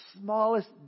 smallest